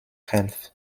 health